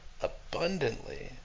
abundantly